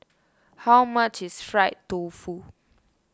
how much is Fried Tofu